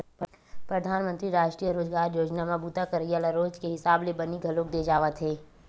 परधानमंतरी रास्टीय रोजगार योजना म बूता करइया ल रोज के हिसाब ले बनी घलोक दे जावथे